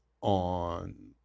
on